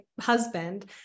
husband